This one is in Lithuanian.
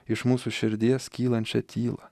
iš mūsų širdies kylančią tylą